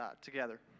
together